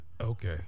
Okay